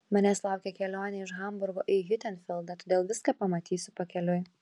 manęs laukia kelionė iš hamburgo į hiutenfeldą todėl viską pamatysiu pakeliui